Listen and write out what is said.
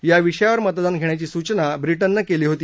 याविषयावर मतदान घेण्याची सूचना ब्रिटननं केली होती